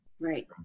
Right